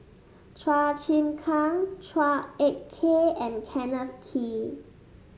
Chua Chim Kang Chua Ek Kay and Kenneth Kee